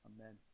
Amen